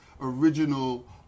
original